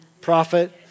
prophet